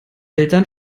eltern